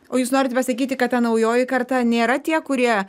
o jūs norit pasakyti kad ta naujoji karta nėra tie kurie